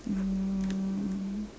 um